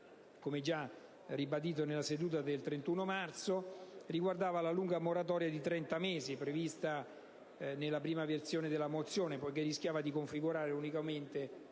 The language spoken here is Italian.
come già ribadito nella seduta del 31 marzo scorso, riguardava la lunga moratoria di 30 mesi, prevista nella prima versione della mozione, perché rischiava di configurare unicamente